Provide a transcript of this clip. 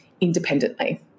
independently